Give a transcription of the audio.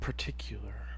Particular